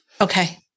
Okay